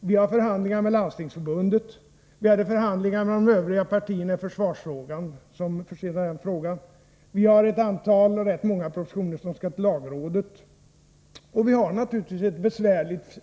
Vi har förhandlingar med Landstingförbundet, vi hade förhandlingar med de övriga partierna i försvarsfrågan — vilket försenade den frågan —, och vi har ett större antal propositioner som skall remitteras till lagrådet. Vi har naturligvis ett besvärligt